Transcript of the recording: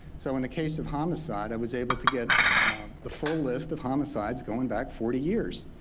so in the case of homicide i was able to get the full list of homicides going back forty years.